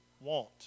want